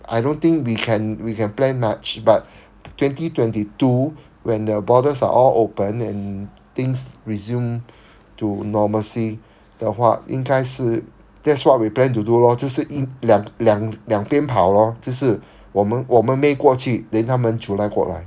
I don't think we can we can plan much but twenty twenty two when the borders are all open and things resume to normalcy 的话应该是 that's what we plan to do lor 就是一两两两边跑 lor 就是我们我们 may 过去 then 他们 july 过来